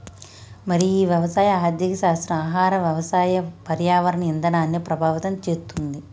మరి ఈ వ్యవసాయ ఆర్థిక శాస్త్రం ఆహార వ్యవసాయ పర్యావరణ ఇధానాన్ని ప్రభావితం చేతుంది